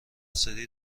سری